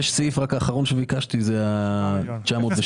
הסעיף האחרון שביקשתי לדעת עליו הוא ה-902.